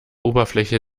oberfläche